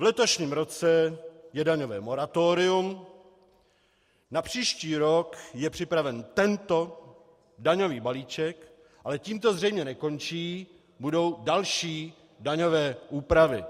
V letošním roce je daňovém moratorium, na příští rok je připraven tento daňový balíček, ale tím to zřejmě nekončí, budou další daňové úpravy.